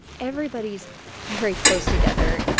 everybody's very close together oh,